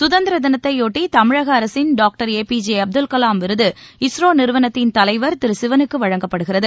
சுதந்திர தினத்தையொட்டி தமிழக அரசின் doctor A P J Abdul Kalam விருது இஸ்ரோ நிறுவனத்தின் தலைவர் திரு சிவனுக்கு வழங்கப்படுகிறது